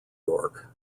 york